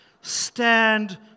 stand